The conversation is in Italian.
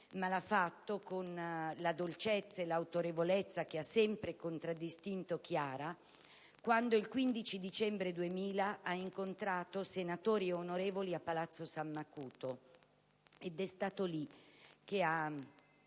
ma l'ha fatto, con la dolcezza e l'autorevolezza che ha sempre contraddistinto Chiara, quando il 15 dicembre 2000 ha incontrato senatori e onorevoli a Palazzo San Macuto ed è stato lì - mi